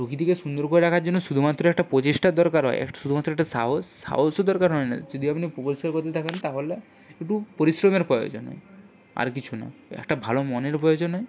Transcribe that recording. প্রকৃতিকে সুন্দর করে রাখার জন্য শুধুমাত্র একটা প্রচেষ্টার দরকার হয় একটা শুধুমাত্র একটা সাহস সাহসও দরকার হয় না যদি আপনি পরিষ্কার করতে থাকেন তাহলে একটু পরিশ্রমের প্রয়োজন হয় আর কিছু না একটা ভালো মনের প্রয়োজন হয়